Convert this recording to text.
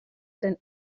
zen